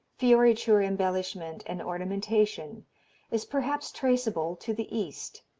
fioriture embellishment and ornamentation is perhaps traceable to the east.